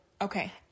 Okay